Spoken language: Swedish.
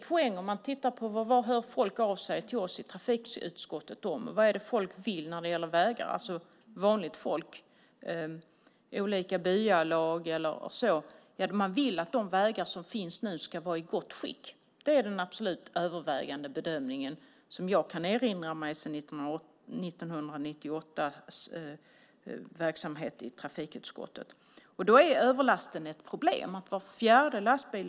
Vad hör folk av sig till oss i trafikutskottet om? Vad är det folk vill när det gäller vägar? Det kan handla om vanligt folk, olika byalag och så vidare. Ja, man vill att de vägar som finns nu ska vara i gott skick. Det är den absolut övervägande frågan som jag kan erinra mig i min verksamhet i trafikutskottet sedan 1998. Då är överlasten ett problem.